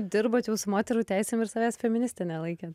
dirbot jūs su moterų teisėm ir savęs feministe nelaikėt